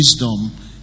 wisdom